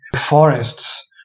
forests